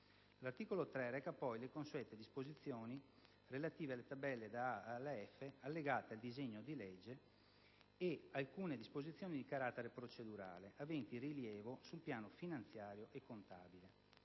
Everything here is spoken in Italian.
L'articolo 3 reca poi le consuete disposizioni relative alle tabelle da A ad F allegate al disegno di legge e alcune disposizioni di carattere procedurale, aventi rilievo sul piano finanziario e contabile.